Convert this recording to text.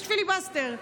יש פיליבסטר.